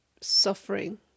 suffering